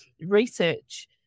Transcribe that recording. research